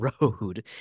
road